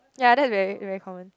ya that very very common